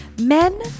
men